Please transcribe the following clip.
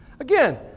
Again